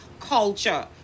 culture